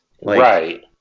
Right